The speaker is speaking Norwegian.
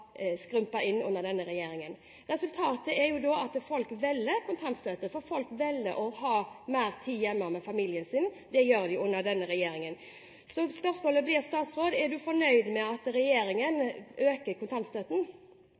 folk velger kontantstøtte, for folk velger å ha mer tid hjemme med familien sin. Det gjør de under denne regjeringen. Så spørsmålet blir: Er statsråden fornøyd med at regjeringen øker kontantstøtten?